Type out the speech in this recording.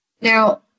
Now